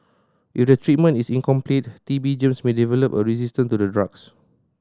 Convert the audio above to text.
if the treatment is incomplete T B germs may develop a resistance to the drugs